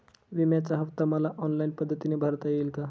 विम्याचा हफ्ता मला ऑनलाईन पद्धतीने भरता येईल का?